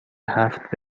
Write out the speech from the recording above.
هفت